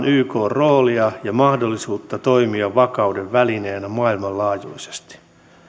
ykn roolia ja mahdollisuutta toimia vakauden välineenä maailmanlaajuisesti